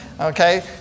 Okay